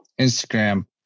Instagram